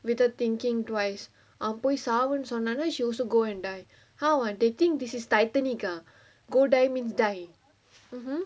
without thinking twice அவங்க போய் சாவுன்னு சொன்னோனே:avanga poyi saavunu sonnonae she also go and die how ah they think this is titanic ah go die means die mm mm